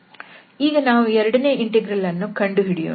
ಈಗ ನಾವು ಎರಡನೇ ಇಂಟೆಗ್ರಲ್ ಅನ್ನು ಕಂಡುಹಿಡಿಯೋಣ